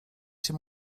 się